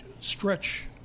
stretch